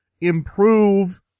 improve